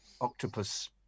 octopus